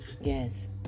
Yes